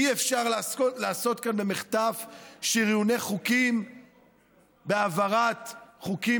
אי-אפשר לעשות כאן במחטף שריוני חוקים בהעברת חוקים